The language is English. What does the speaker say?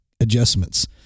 adjustments